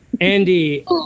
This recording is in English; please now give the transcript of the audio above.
Andy